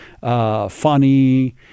funny